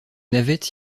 navettes